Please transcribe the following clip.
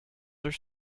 are